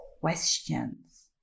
questions